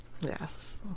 yes